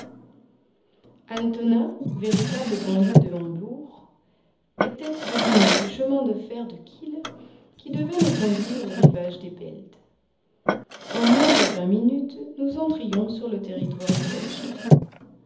altona véritable banlieue de hambourg est tête de ligne du chemin de fer de kiel qui devait nous conduire au rivage des belt en moins de vingt minutes nous entrions sur le territoire du holstein